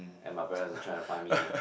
and my parents will try to find me